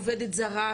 העובדת הזרה,